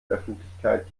öffentlichkeit